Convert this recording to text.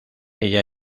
ella